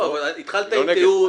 אני לא נגד.